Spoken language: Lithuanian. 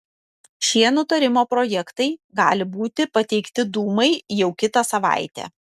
šie nutarimo projektai gali būti pateikti dūmai jau kitą savaitę